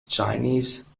chinese